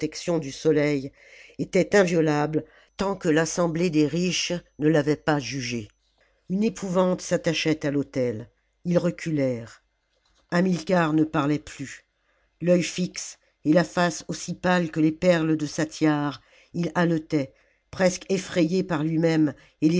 du soleil était inviolable tant que l'assemblée des riches ne l'avait pas jugé une épouvante s'attachait à l'autel ils reculèrent hamilcar ne parlait plus l'œil fixe et la face aussi pâle que les perles de sa tiare il haletait presque effrayé par lui-même